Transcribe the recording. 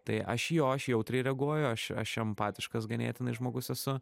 tai aš jo aš jautriai reaguoju aš aš empatiškas ganėtinai žmogus esu